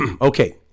okay